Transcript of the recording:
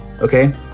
okay